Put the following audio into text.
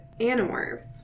Animorphs